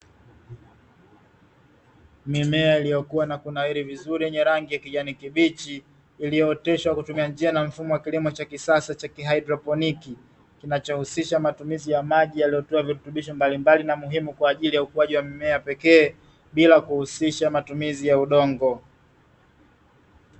mimea iliyo kuwa na iliyooteshwa kutumia njia na mfumo wa kilimo cha kisasa cha ki hydroponic kinachohusisha matumizi ya maji yaliyotiwa virutubisho mbalimbali na muhimu kwa ajili ya ukuaji wa mimea pekee bila kuhusisha matumizi ya udongo.